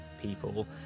people